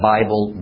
Bible